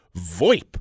VoIP